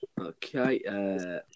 okay